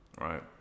right